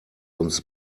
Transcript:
uns